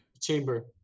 Chamber